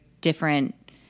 different